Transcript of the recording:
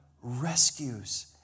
rescues